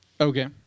Okay